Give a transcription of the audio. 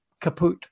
kaput